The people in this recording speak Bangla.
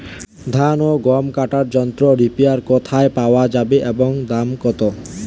ধান ও গম কাটার যন্ত্র রিপার কোথায় পাওয়া যাবে এবং দাম কত?